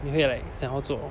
你会 like 想要做